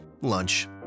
lunch